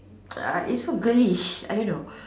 uh it's so girlish I don't know